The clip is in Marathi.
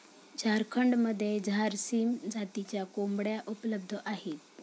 झारखंडमध्ये झारसीम जातीच्या कोंबड्या उपलब्ध आहेत